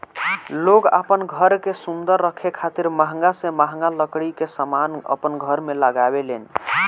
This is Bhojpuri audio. लोग आपन घर के सुंदर रखे खातिर महंगा से महंगा लकड़ी के समान अपन घर में लगावे लेन